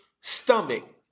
stomach